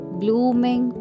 blooming